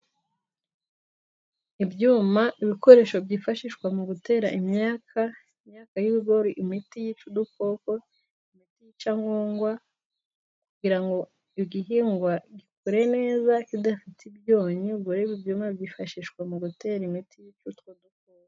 Ibyuma ni ibikoresho byifashishwa mu gutera imyaka umuti, imyaka y'ibigori imiti yica udukoko, imiti yica nkonkwa, kugira ngo igihingwa gikure neza kidafite ibyonnyi ubwo rero ibyo byuma byifashishwa mu gutera imiti.